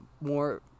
more